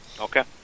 Okay